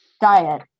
diet